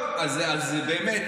באמת,